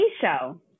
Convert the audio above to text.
show